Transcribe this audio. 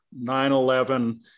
9-11